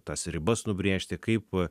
tas ribas nubrėžti kaip